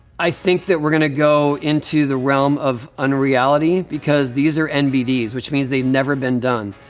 i think that we're gonna go into the realm of unreality because these are nbds, which means they've never been done.